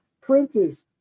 printers